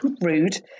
Rude